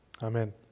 Amen